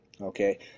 Okay